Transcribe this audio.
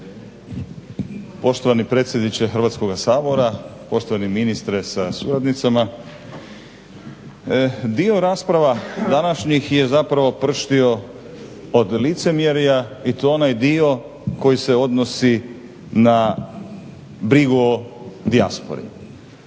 Poštovani predsjedniče Hrvatskoga sabora, poštovani ministre sa suradnicama. Dio rasprava današnjih je zapravo prštao od licemjerja i to onaj dio koji se odnosi na brigu o dijaspori.